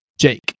Jake